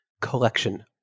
collection